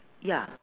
ya